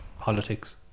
politics